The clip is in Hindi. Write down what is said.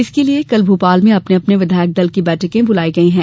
इसके लिये कल भोपाल में अपने अपने विधायक दल की बैठकें बुलाई गई हैं